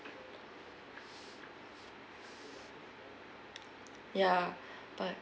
ya but